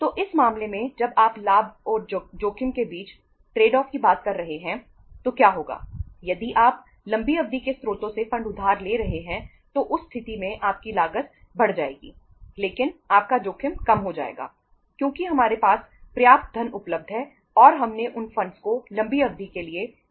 तो इस मामले में जब आप लाभ और जोखिम के बीच ट्रेड ऑफ को लंबी अवधि के लिए लंबे समय के लिए उधार लिया है